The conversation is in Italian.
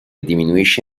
diminuisce